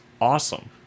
awesome